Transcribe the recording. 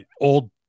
old